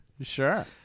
sure